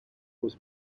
was